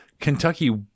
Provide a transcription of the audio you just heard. Kentucky